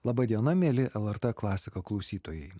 laba diena mieli lrt klasika klausytojai